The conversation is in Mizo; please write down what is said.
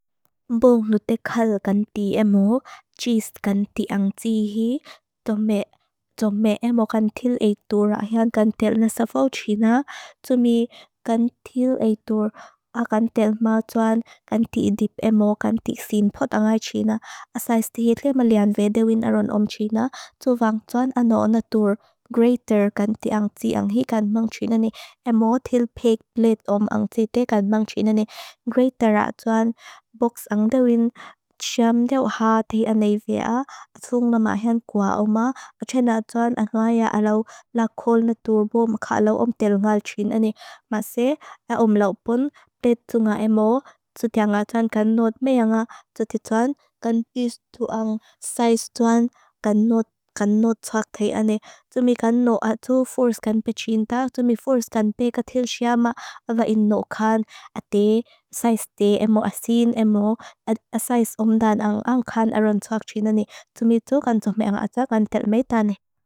Bwong nu te khal ganti emu, cist ganti ang tihi, dome emu gantil eitur a hian. Gantil nasa faw txina, tsumi gantil eitur a gantil ma txuan, ganti idip emu, ganti xin pot ang ay txina, asa istihit ke malian vedewin aron om txina. Tsu vang txuan anu on etur greater ganti ang txiang hi kan mang txina ne, emu til pek bled om ang txita kan mang txina ne,. Greater a txuan box ang dewin txiam dew haa txina ne vea, tsung na ma hian gwa om a. O txina txuan ang nga ia alaw lakol etur bo maka alaw om tel ngal txina ne, ma se alaw om laupon, bled txunga emu. Tsutiang a txuan kan not mea nga, tsuti txuan, kan is tu ang sais txuan, kan not txua txina ne, txumi kan not a tu force kan pek txinta. Txumi force kan pek a til txia ma, ala in not kan, a de, sais de, emu asin, emu a sais om dan ang kan aron txua txina ne. Txumi tu kan txua mea nga a txua kan tel mea ta ne.